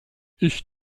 ich